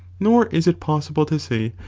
nor is it possible to say,